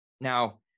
Now